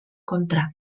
kontra